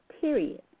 Period